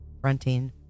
fronting